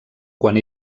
quan